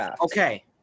Okay